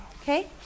okay